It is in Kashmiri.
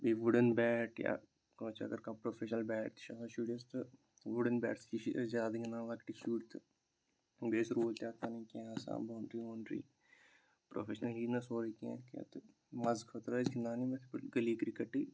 بیٚیہِ وُڈَن بیٹ یا کٲنٛسہِ اَگَر کانٛہہ پروفیشنَل بیٹ تہِ چھُ آسان شُرِس تہٕ وُڈَن بیٹہٕ سٍتی چھِ أسۍ زیادٕ گِنٛدان لۅکٕٹی شُرۍ تہٕ بیٚیہٕ سُہ رول تہِ آسان کیٚنٛہہ آسان بونٛڈری وونٛڈری پرٛوفیشنَل یی مےٚ سورُے کیٚنٛہہ تہٕ مَزٕ خٲطرٕ ٲسۍ گِنٛدان یِتھٕ پٲٹھۍ گٔلی کِرکٹٕے